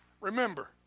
remember